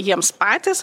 jiems patys